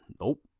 Nope